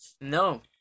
No